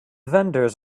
vendors